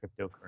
cryptocurrency